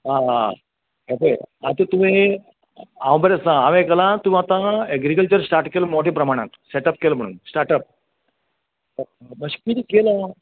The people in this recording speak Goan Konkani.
आं हें पय आतां तुवें हांव बरो आसा हांवें आयकलां तूं आतां एग्रीक्लचर स्टार्ट केला मोठे प्रमाणांत सेट अप केला म्हण स्टार्टअप कशें कितें केलां